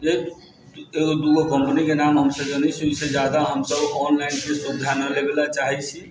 जे एगो दुगो कम्पनीके नाम हमसब जनै छी एहिसँ ज्यादा हमसब ऑनलाइनके सुविधा न लेबेलए चाहै छी